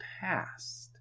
past